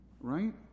Right